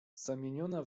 zamieniona